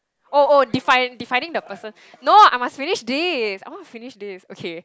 oh oh define defining the person no I must finish this I want to finish this okay